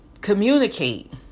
communicate